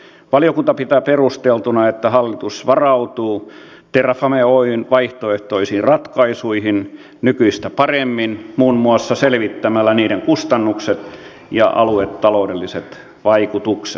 valiokunta pitää perusteltuna että hallitus varautuu terrafame oyn vaihtoehtoisiin ratkaisuihin nykyistä paremmin muun muassa selvittämällä niiden kustannukset ja aluetaloudelliset vaikutukset